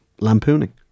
lampooning